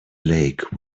lake